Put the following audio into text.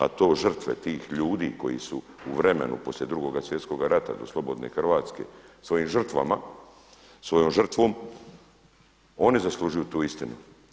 A to žrtve tih ljudi koji su u vremenu poslije Drugoga svjetskoga rata do slobodne Hrvatske svojim žrtvama, svojom žrtvom oni zaslužuju tu istinu.